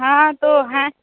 हाँ दो हैं